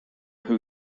who